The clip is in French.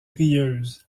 rieuse